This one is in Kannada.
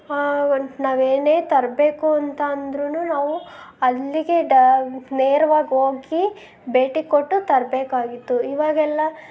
ಒಂದು ನಾವು ಏನೇ ತರಬೇಕು ಅಂತ ಅಂದ್ರು ನಾವು ಅಲ್ಲಿಗೇ ಡ ನೇರ್ವಾಗಿ ಹೋಗಿ ಭೇಟಿ ಕೊಟ್ಟು ತರಬೇಕಾಗಿತ್ತು ಇವಾಗೆಲ್ಲ